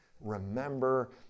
remember